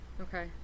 Okay